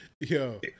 Yo